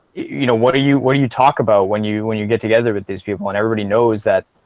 you know what are you where you talk about when you when you get together with these people and everybody knows that?